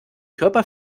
körper